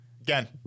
Again